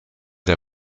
der